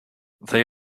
they